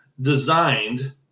designed